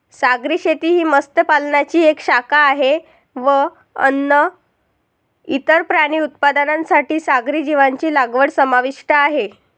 सागरी शेती ही मत्स्य पालनाची एक शाखा आहे व अन्न, इतर प्राणी उत्पादनांसाठी सागरी जीवांची लागवड समाविष्ट आहे